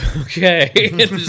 okay